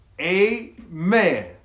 Amen